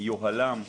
יוהל"ן.